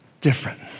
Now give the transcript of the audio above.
different